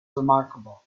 remarkable